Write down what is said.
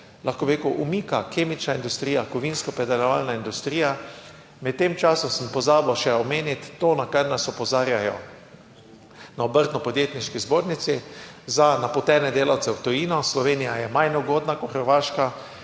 lahko bi rekel, umika kemična industrija, kovinsko predelovalna industrija. Med tem časom sem pozabil še omeniti to, na kar nas opozarjajo na Obrtno-podjetniški zbornici za napotene delavce v tujino Slovenija je manj ugodna kot Hrvaška.